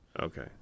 Okay